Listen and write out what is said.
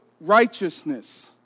righteousness